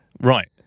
Right